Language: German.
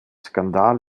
skandal